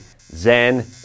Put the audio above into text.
zen